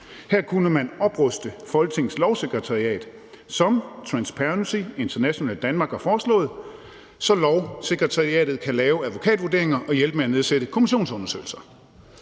Her kunne man opruste Folketingets Lovsekretariat, som Transparency International Danmark har foreslået, så Lovsekretariatet kan lave advokatvurderinger og hjælpe med at nedsætte kommissionsundersøgelser.